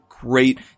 great